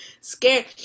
scared